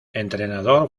entrenador